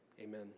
amen